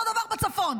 אותו דבר בצפון.